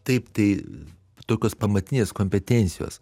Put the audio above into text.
taip tai tokios pamatinės kompetencijos